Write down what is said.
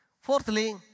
Fourthly